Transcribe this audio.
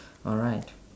alright